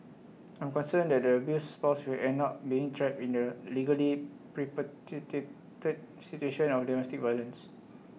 I'm concerned that the abused spouse will end up being trapped in the legally situation of domestic violence